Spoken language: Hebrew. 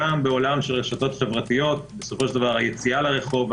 גם בעולם של רשתות חברתיות בסופו של דבר היציאה לרחובות